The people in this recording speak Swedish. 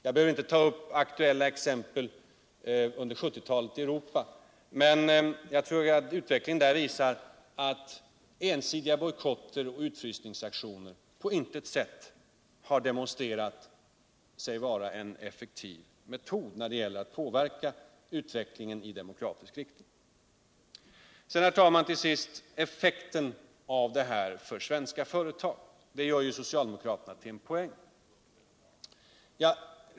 Jag behöver inte ta upp aktuella exempel under 1970-talet i Europa, men jag tror alt utvecklingen där visar att ensidiga bojkotter och uttrysningsaktioner på intet sätt har visat sig vara en effektiv metod när det gäller att påverka utvecklingen i demokratisk riktning. Herr talman! Effekten av Sveriges medlemskap i banken för svenska företag gör socialdemokraterna till en poäng.